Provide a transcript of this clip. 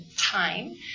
time